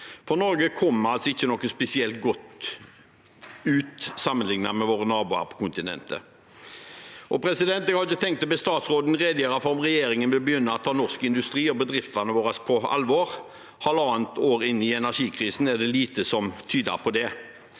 for Norge kommer altså ikke noe spesielt godt ut sammenlignet med våre naboer på kontinentet. Jeg har ikke tenkt å be statsråden redegjøre for om regjeringen vil begynne å ta norsk industri og bedriftene våre på alvor. Halvannet år inn i energikrisen er det lite som tyder på det.